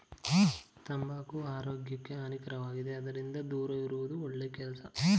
ತಂಬಾಕು ಆರೋಗ್ಯಕ್ಕೆ ಹಾನಿಕಾರಕವಾಗಿದೆ ಅದರಿಂದ ದೂರವಿರುವುದು ಒಳ್ಳೆ ಕೆಲಸ